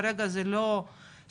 כרגע זה לא שם,